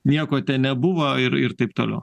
nieko ten nebuvo ir ir taip toliau